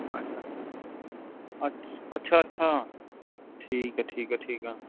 ਅੱਛਾ ਅੱਛਾ ਅੱਛਾ ਅੱਛਾ ਠੀਕ ਹੈ ਠੀਕ ਹੈ ਠੀਕ ਆ